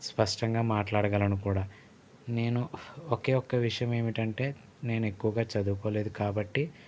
స్పష్టంగా మాట్లాడగలను కూడా నేను ఒకేఒక విషయమేమిటంటే నేను ఎక్కువుగా చదువుకోలేదు కాబట్టి